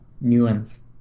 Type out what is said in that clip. nuance